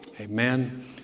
amen